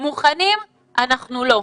מוכנים אנחנו לא.